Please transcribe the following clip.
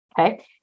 Okay